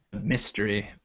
Mystery